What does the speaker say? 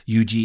UG